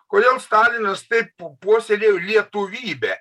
kodėl stalinas taip puoselėjo lietuvybę